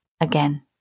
again